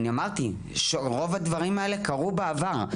אמרתי שרוב הדברים האלה קרו בעבר.